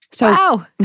Wow